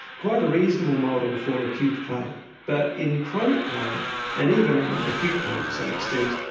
quite a reasonable model for acute pain but in chronic pain and even in acute pain to some extent,